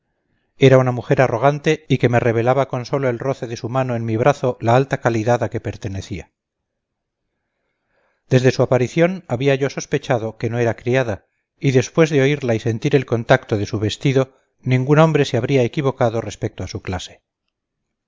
era una mujer arrogante y que me revelaba con sólo el roce de su mano en mi brazo la alta calidad a que pertenecía desde su aparición había yo sospechado que no era criada y después de oírla y sentir el contacto de su vestido ningún hombre se habría equivocado respecto a su clase